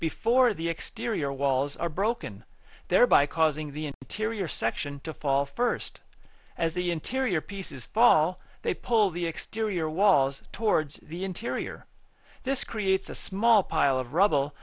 before the exterior walls are broken thereby causing the interior section to fall first as the interior pieces fall they pull the exterior walls towards the interior this creates a small pile of rubble